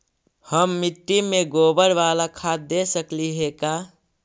हम मिट्टी में गोबर बाला खाद दे सकली हे का?